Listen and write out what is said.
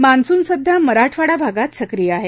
monsoon सध्या मराठवाडा भागात सक्रीय आहे